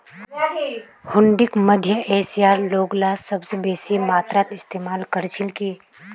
हुंडीक मध्य एशियार लोगला सबस बेसी मात्रात इस्तमाल कर छिल की